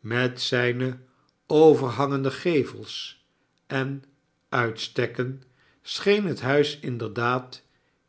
met zijne overhangende gevels en uitstekken scheen het huis inderdaad